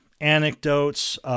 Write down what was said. anecdotes